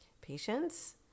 patience